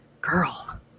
Girl